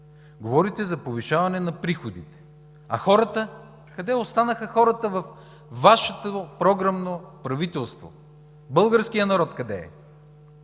Говорите за повишаване на приходите, а хората? Къде останаха хората във Вашето програмно правителство? Българският народ къде е?!